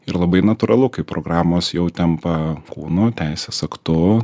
ir labai natūralu kai programos jau tampa kūnu teisės aktu